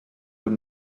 con